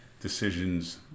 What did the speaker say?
decisions